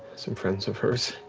some friends of hers.